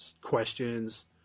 questions